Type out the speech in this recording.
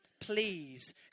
Please